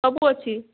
ସବୁ ଅଛି